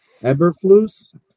Eberflus